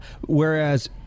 whereas